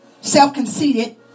self-conceited